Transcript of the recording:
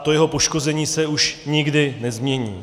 To jeho poškození se už nikdy nezmění.